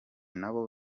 nabo